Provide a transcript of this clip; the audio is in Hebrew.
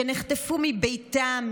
שנחטפו מביתם,